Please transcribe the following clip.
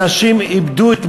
אנשים איבדו את ממונם,